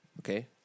Okay